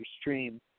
stream